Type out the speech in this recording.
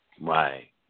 Right